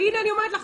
והנה אני אומרת לך,